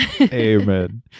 Amen